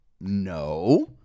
no